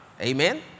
Amen